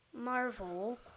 Marvel